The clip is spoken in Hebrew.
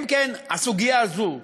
אם כן, הסוגיה הזאת,